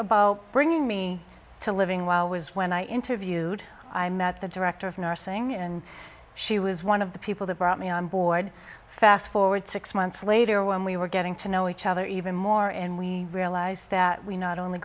about bringing me to living while was when i interviewed i met the director of nursing and she was one of the people who brought me on board fast forward six months later when we were getting to know each other even more and we realized that we not only